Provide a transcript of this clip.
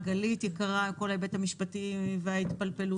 גלית יקרה בכל ההיבט המשפטי והתפלפלות,